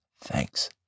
thanks